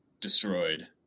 Destroyed